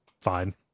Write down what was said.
fine